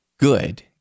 good